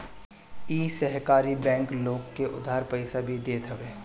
इ सहकारी बैंक लोग के उधार पईसा भी देत हवे